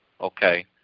okay